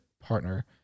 partner